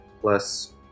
plus